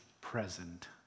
present